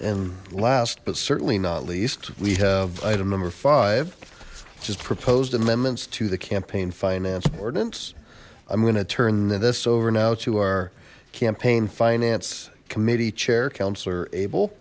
and last but certainly not least we have item number five just proposed amendments to the campaign finance ordinance i'm gonna turn this over now to our campaign finance committee chair councillor ab